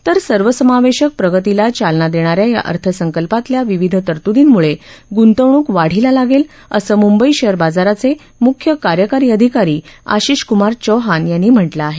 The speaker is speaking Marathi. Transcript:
तर सर्वसमावेशक प्रगतीला चालना देणा या या अर्थसंकल्पातल्या विविध तरतुर्दीमुळे गुंतवणूक वाढीला लागेल असं मुंबई शेअर बाजाराचे मुख्य कार्यकारी अधिकारी आशिष कुमार चौहान यांनी म्हटलं आहे